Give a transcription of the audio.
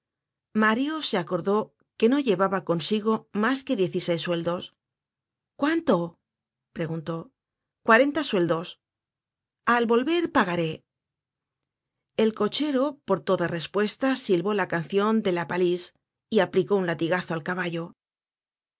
mario se acordó que no llevaba consigo mas que diez y seis sueldos cuánto preguntó cuarenta sueldos al volver pagaré el cochero por toda respuesta silbó la cancion de la palisse y aplicó un latigazo al caballo